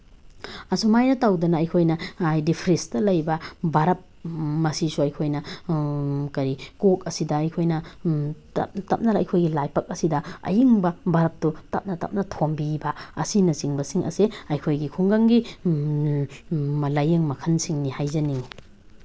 ꯑꯁꯨꯃꯥꯏꯅ ꯇꯧꯗꯅ ꯑꯩꯈꯣꯏꯅ ꯍꯥꯏꯗꯤ ꯐ꯭ꯔꯤꯖꯇ ꯂꯩꯕ ꯕꯥꯔꯞ ꯃꯁꯤꯁꯨ ꯑꯩꯈꯣꯏꯅ ꯀꯔꯤ ꯀꯣꯛ ꯑꯁꯤꯗ ꯑꯩꯈꯣꯏꯅ ꯇꯞ ꯇꯞꯅ ꯑꯩꯈꯣꯏꯒꯤ ꯂꯥꯏꯕꯛ ꯑꯁꯤꯗ ꯑꯌꯤꯡꯕ ꯕꯔꯞꯇꯨ ꯇꯞꯅ ꯇꯞꯅ ꯊꯣꯝꯕꯤꯕ ꯑꯁꯤꯅꯆꯤꯡꯕꯁꯤꯡ ꯑꯁꯦ ꯑꯩꯈꯣꯏꯒꯤ ꯈꯨꯡꯒꯪꯒꯤ ꯂꯥꯏꯌꯦꯡ ꯃꯈꯜꯁꯤꯡꯅꯤ ꯍꯥꯏꯖꯅꯤꯡꯉꯤ